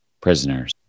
prisoners